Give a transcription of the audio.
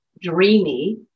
dreamy